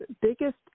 biggest